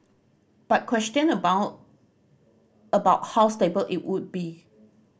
but question abound about how stable it would be